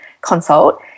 consult